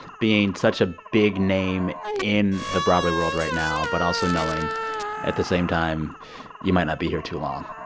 being such a big name in the broadway world right now but also knowing at the same time you might not be here too long.